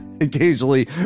occasionally